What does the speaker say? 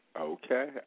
Okay